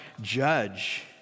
judge